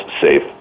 safe